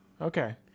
Okay